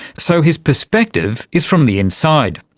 so his perspective is from the inside.